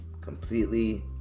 completely